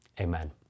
amen